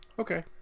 Okay